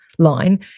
Line